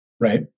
right